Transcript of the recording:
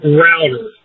router